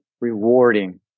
rewarding